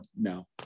no